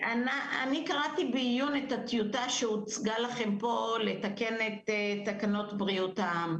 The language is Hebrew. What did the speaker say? קראתי בעיון את הטיוטה שהוצגה לכם פה לתקן את תקנות בריאות העם.